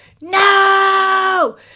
no